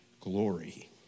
glory